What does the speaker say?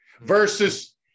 versus